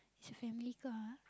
is a family car ah